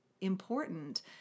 important